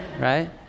Right